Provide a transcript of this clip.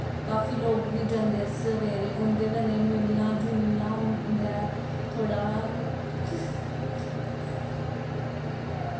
काफी लोग बी जंदे ऐ सवेरै उं'दे कन्नै मिलना जुलना होंदा ऐ थोह्ड़ा